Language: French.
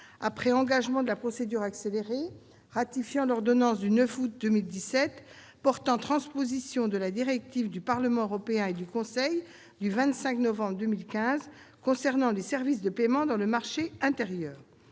après engagement de la procédure accélérée, ratifiant l'ordonnance n° 2017-1252 du 9 août 2017 portant transposition de la directive 2015/2366 du Parlement européen et du Conseil du 25 novembre 2015 concernant les services de paiement dans le marché intérieur